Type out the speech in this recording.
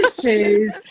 shoes